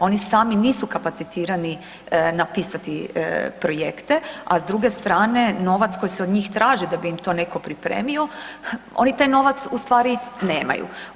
Oni sami nisu kapacitirani napisati projekte, a s druge strane novac koji se od njih traži da bi im to netko pripremio oni taj novac u stvari nemaju.